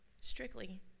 strictly